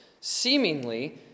seemingly